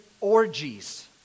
orgies